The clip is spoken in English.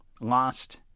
lost